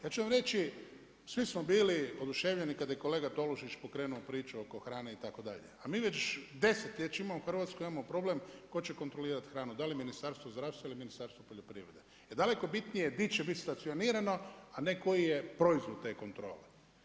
Ja ću vam reći svi smo bili oduševljeni kada je kolega Tolušić pokrenuo priču oko hrane itd., a mi već desetljećima u Hrvatskoj imamo problem tko će kontrolirati hranu, da li Ministarstvo zdravstva ili Ministarstvo poljoprivrede jel daleko bitnije gdje će biti stacionirano, a ne koji je proizvod te kontrole.